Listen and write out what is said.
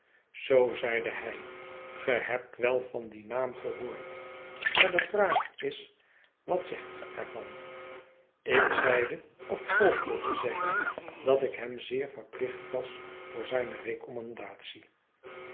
zoo i zeide hij ge hebt wel van dien naam gehoord maar de vraag is wat zegt ge er van ik zeide of poogde te zeggen dat ik hem zeer verplicht was voor zijne